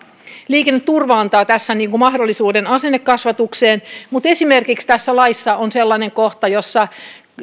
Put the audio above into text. liikenneturva antaa tässä mahdollisuuden asennekasvatukseen mutta esimerkiksi tässä laissa on sellainen kohta että